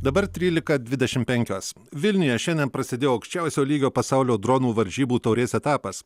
dabar trylika dvidešim penkios vilniuje šiandien prasidėjo aukščiausio lygio pasaulio dronų varžybų taurės etapas